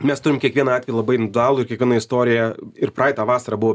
mes turim kiekvieną atvejį labai individualų ir kiekviena istorija ir praeitą vasarą buvo